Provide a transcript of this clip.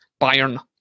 Bayern